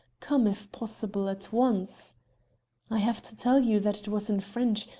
come, if possible, at once i have to tell you that it was in french,